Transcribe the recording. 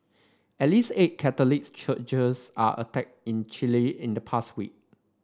at least eight Catholic churches are attacked in Chile in the past week